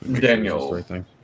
Daniel